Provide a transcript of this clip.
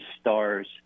stars